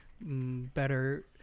better